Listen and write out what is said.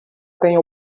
têm